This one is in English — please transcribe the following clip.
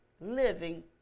living